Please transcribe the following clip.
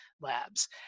Labs